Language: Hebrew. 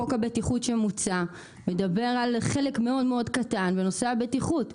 חוק הבטיחות שמוצע מדבר על חלק מאוד מאוד קטן מנושא הבטיחות.